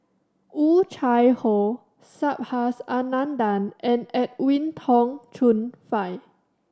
Oh Chai Hoo Subhas Anandan and Edwin Tong Chun Fai